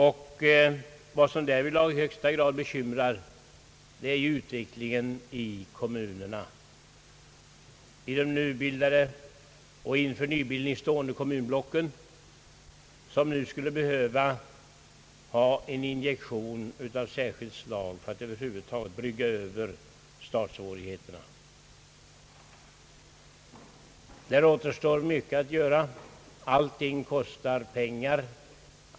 Men det mest bekymmersamma nu är utvecklingen i kommunerna och i de nybildade kommunblocken — eller de som skall bildas — vilka nu skulle behöva en injektion för att överbrygga startsvårigheterna. Det återstår mycket att göra. Allting kostar pengar.